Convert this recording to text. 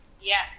Yes